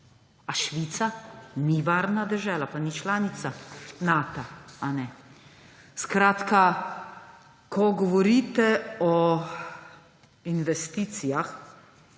Švica ni varna dežela, pa ni članica Nata. Skratka, ko govorite o investicijah,